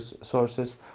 sources